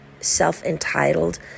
self-entitled